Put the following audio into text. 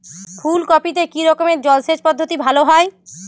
ফুলকপিতে কি রকমের জলসেচ পদ্ধতি ভালো হয়?